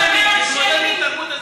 תרבות השיימינג.